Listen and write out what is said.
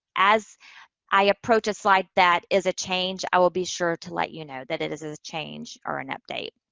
as i approach a slide that is a change, i will be sure to let you know that it is a change or an update.